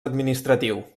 administratiu